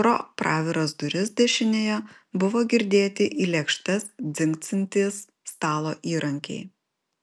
pro praviras duris dešinėje buvo girdėti į lėkštes dzingsintys stalo įrankiai